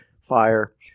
Fire